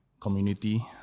community